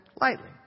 lightly